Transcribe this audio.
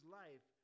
life